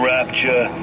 Rapture